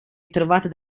ritrovata